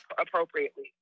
appropriately